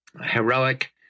heroic